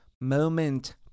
moment